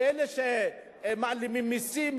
לאלה שמעלימים מסים,